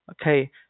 Okay